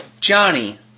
Johnny